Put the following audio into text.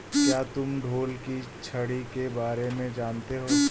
क्या तुम ढोल की छड़ी के बारे में जानते हो?